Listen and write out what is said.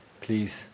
Please